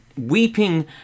weeping